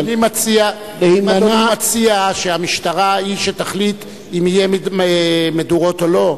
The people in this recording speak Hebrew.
האם אדוני מציע שהמשטרה היא שתחליט אם יהיו מדורות או לא?